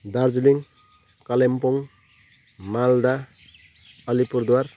Darjeeling Kalimpong Malda Alipurduar